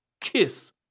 kiss